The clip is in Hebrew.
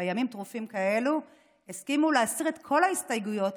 שבימים טרופים כאלה הסכימו להסיר את כל ההסתייגויות,